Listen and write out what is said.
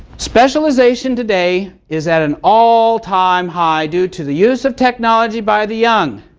specialization today, is at an all time high due to the use of technology by the young.